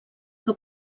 que